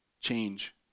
change